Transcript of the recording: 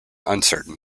uncertain